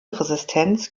resistenz